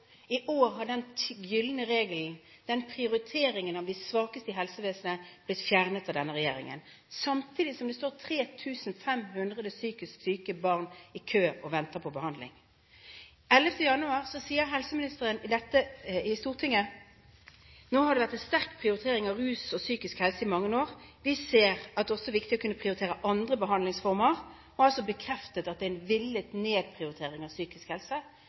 I år har den gylne regelen, den prioriteringen av de svakeste i helsevesenet, blitt fjernet av denne regjeringen – samtidig som det står 3 500 psykisk syke barn i kø og venter på behandling. Den 11. januar sier helseministeren i Stortinget: «Nå har det vært en sterk prioritering av rus og psykisk helse i mange år. Vi ser at det også er viktig å kunne prioritere andre behandlingsformer.» Hun har altså bekreftet at det er en villet nedprioritering av psykisk helse.